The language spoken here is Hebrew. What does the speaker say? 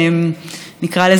נקרא לזה,